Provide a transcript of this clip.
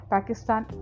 Pakistan